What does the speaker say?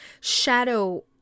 shadow